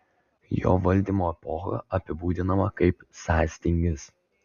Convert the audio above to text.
jo valdymo epocha apibūdinama kaip sąstingis